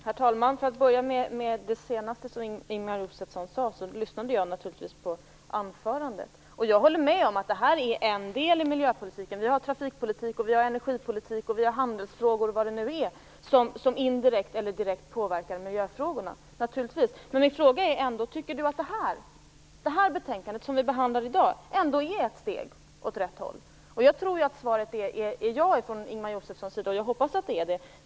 Herr talman! Jag lyssnade naturligtvis på Ingemar Josefssons anförande. Jag håller med om att det här är en del i miljöpolitiken - också trafikpolitiken, energipolitiken och handelsfrågorna påverkar indirekt eller direkt miljöfrågorna. Min fråga till Ingemar Josefsson är om han tycker att det betänkande som vi behandlar ändå är ett steg åt rätt håll. Jag tror och hoppas att Ingemar Josefssons svar på den frågan är ja.